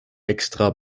extra